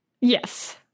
Yes